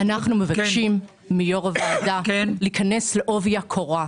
אנחנו מבקשים מיו"ר הוועדה להיכנס לעובי הקורה.